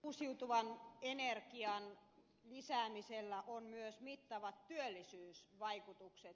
uusiutuvan energian lisäämisellä on myös mittavat työllisyysvaikutukset